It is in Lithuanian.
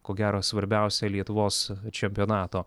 ko gero svarbiausia lietuvos čempionato